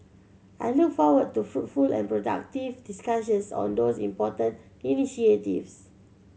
I look forward to fruitful and productive discussions on these important initiatives